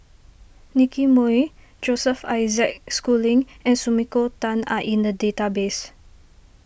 Nicky Moey Joseph Isaac Schooling and Sumiko Tan are in the database